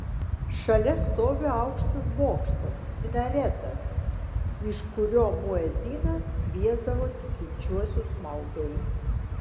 šalia stovi aukštas bokštas minaretas iš kurio muedzinas kviesdavo tikinčiuosius maldai